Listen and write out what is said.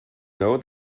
know